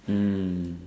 mm